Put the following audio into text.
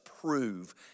prove